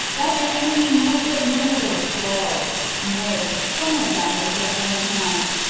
that the enemy might get none of their spoils nay, some of them, with their own hands,